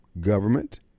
government